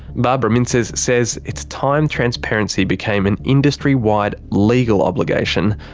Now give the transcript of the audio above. barbara mintzes says it's time transparency became an industry-wide legal obligation,